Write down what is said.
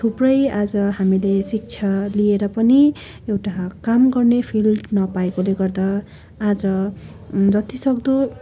थुप्रै आज हामीले शिक्षा लिएर पनि एउटा काम गर्ने फिल्ड नपाएकोले गर्दा आज जतिसक्दो